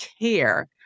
care